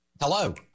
Hello